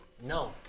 No